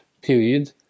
period